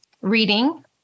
reading